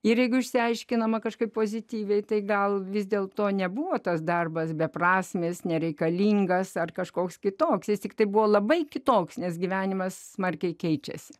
jeigu išsiaiškinama kažkaip pozityviai tai gal vis dėlto nebuvo tas darbas beprasmis nereikalingas ar kažkoks kitoks jis tiktai buvo labai kitoks nes gyvenimas smarkiai keičiasi